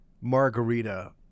margarita